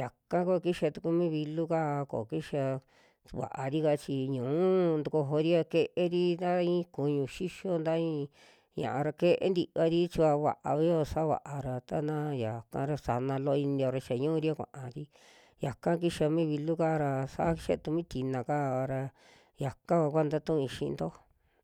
yaka kua kixa tuku mi vilu kaa ko kixia su vaarika chi ñu'u ntujori a ke'eri taa i'i kuñu xixio ta i'i ña'a ya kee nti'ari chikua va'avio savaa ra tana yaa ra sana loo inio ra xa ñuria kuaari, yaka kixa mi vilu kaa'ra saa kixa tu mii tinakava ra yakaa kua ntatu'ui xiinto.